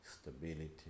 stability